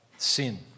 Sin